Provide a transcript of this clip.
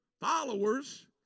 followers